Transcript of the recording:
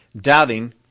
Doubting